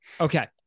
okay